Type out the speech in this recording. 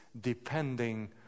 depending